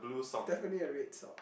definitely a red sock